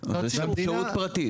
רק שהמדינה --- שירות פרטי,